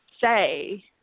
say